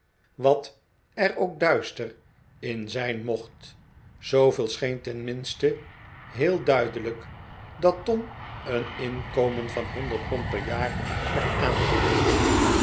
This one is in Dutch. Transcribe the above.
wat er ook duister in zijn mocht zooveel scheen terrminste heel duidelijk dat tom een inkomen van honderd pond per jaar werd aangeboden